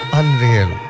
unreal